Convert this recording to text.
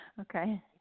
Okay